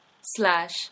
slash